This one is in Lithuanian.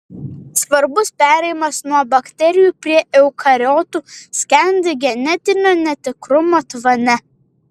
svarbus perėjimas nuo bakterijų prie eukariotų skendi genetinio netikrumo tvane